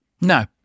no